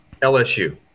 LSU